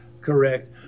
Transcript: correct